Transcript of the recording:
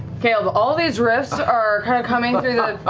caleb, all these rifts are kind of coming through the